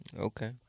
Okay